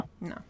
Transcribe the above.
no